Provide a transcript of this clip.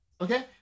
okay